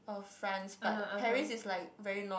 of France but Paris is like very north